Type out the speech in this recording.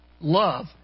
Love